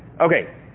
Okay